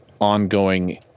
ongoing